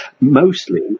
mostly